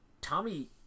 Tommy